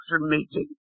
meeting